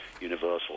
Universal